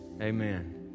amen